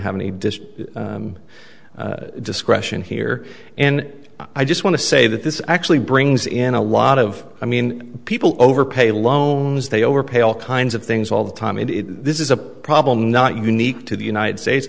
have any disk discretion here and i just want to say that this actually brings in a lot of i mean people overpay loans they overpay all kinds of things all the time and if this is a problem not unique to the united states